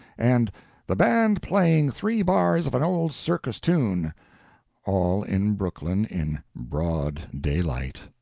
and the band playing three bars of an old circus tune all in brooklyn, in broad daylight.